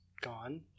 gone